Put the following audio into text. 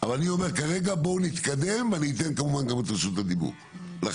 אבל אני אומר כרגע בואו נתקדם ואני אתן כמובן גם את רשות הדיבור לכם.